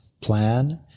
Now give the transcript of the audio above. plan